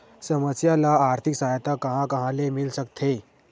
समस्या ल आर्थिक सहायता कहां कहा ले मिल सकथे?